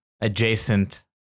adjacent